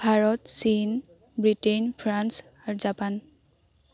ভাৰত চীন Britain France আৰু Japan